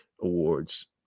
awards